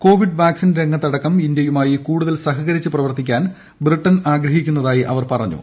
Covid vaccine രംഗത്തടക്കം ഇന്ത്യയുമായി കൂടുതൽ സഹകരിച്ച് പ്രവർത്തിക്കാൻ ബ്രിട്ടൻ ആഗ്രഹിക്കുന്നതായി അവർ പറഞ്ഞു